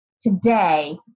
today